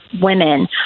women